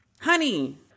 Honey